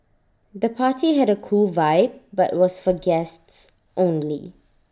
the party had A cool vibe but was for guests only